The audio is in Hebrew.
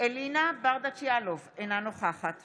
אלינה ברדץ' יאלוב, אינה נוכחת